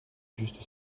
juste